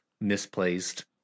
misplaced